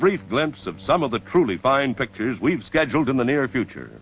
brief glimpse of some of the truly fine pictures we've scheduled in the near future